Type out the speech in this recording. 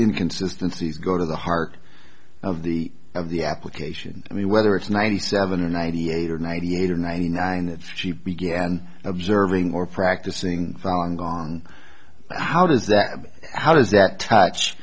inconsistences go to the heart of the of the application i mean whether it's ninety seven or ninety eight or ninety eight or ninety nine that she began observing more practicing falun gong how does that how does that touch